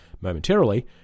momentarily